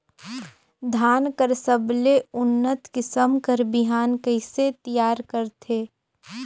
धान कर सबले उन्नत किसम कर बिहान कइसे तियार करथे?